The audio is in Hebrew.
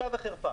הפסקה?